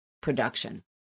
production